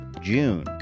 June